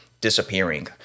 disappearing